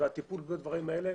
והטיפול בדברים האלה,